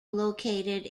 located